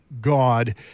god